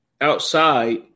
outside